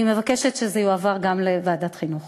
אני מבקשת שהנושא יועבר לוועדת החינוך.